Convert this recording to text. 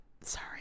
Sorry